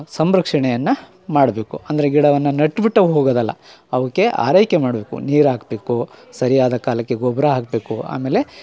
ಸಂರಕ್ಷಣೆಯನ್ನು ಮಾಡಬೇಕು ಅಂದರೆ ಗಿಡವನ್ನು ನೆಟ್ಬಿಟ್ಟು ಹೋಗೋದಲ್ಲ ಅವಕ್ಕೆ ಆರೈಕೆ ಮಾಡಬೇಕು ನೀರು ಹಾಕ್ಬೇಕು ಸರಿಯಾದ ಕಾಲಕ್ಕೆ ಗೊಬ್ಬರ ಹಾಕಬೇಕು ಆಮೇಲೆ